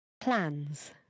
plans